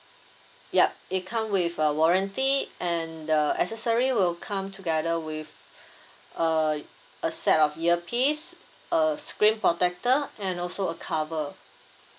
yup it come with a warranty and the accessory will come together with a a set of earpiece a screen protector and also a cover